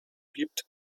gibt